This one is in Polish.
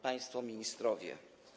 Państwo Ministrowie!